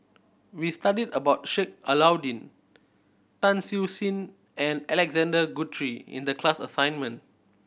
we studied about Sheik Alau'ddin Tan Siew Sin and Alexander Guthrie in the class assignment